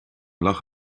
lag